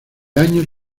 años